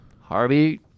Harvey –